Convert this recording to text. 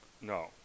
No